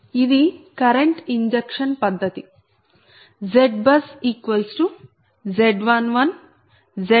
ఇది current injection పద్ధతి